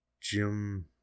Jim